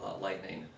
Lightning